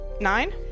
Nine